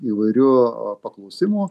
įvairių paklausimų